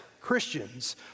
Christians